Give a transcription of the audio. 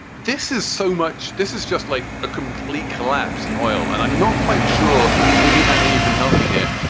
this is so much this is just like a complete collapse in oil. and i'm not quite sure maybe and you can help me here.